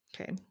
Okay